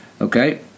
Okay